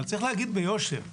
אבל צריך להגיד ביושר,